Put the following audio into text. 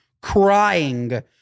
crying